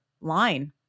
line